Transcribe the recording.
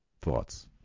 Thoughts